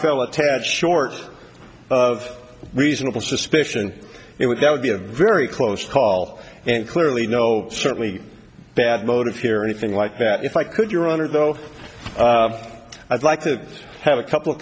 fell a tad short of reasonable suspicion it would be a very close call and clearly no certainly bad motive here anything like that if i could your honor though i'd like to have a couple of